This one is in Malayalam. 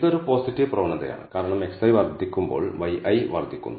ഇത് ഒരു പോസിറ്റീവ് പ്രവണതയാണ് കാരണം xi വർദ്ധിക്കുമ്പോൾ yi വർദ്ധിക്കുന്നു